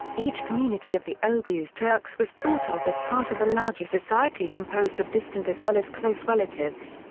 each community of the oghuz turks was thought of as part of a larger society composed of distant as well as close relatives.